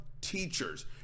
Teachers